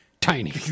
tiny